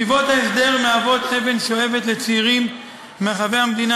ישיבות ההסדר מהוות אבן שואבת לצעירים מרחבי המדינה